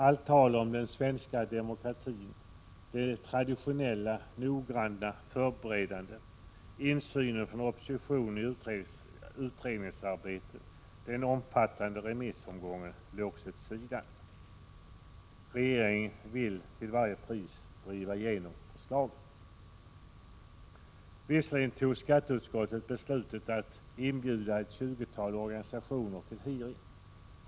Allt tal om den svenska demokratin, det traditionella noggranna förberedandet, insynen från oppositionen i utredningsarbetet, den omfattande remissomgången läggs åt sidan. Regeringen vill till varje pris driva igenom förslaget. Visserligen fattade skatteutskottet beslutet att inbjuda ett tjugotal organisationer till hearings.